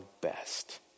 best